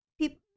people